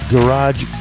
Garage